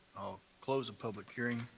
i'll close the public hearing.